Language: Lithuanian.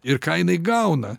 ir ką jinai gauna